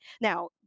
Now